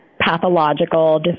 pathological